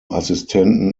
assistenten